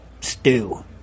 stew